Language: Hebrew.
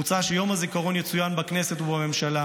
מוצע שיום הזיכרון יצוין בכנסת ובממשלה